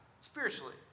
spiritually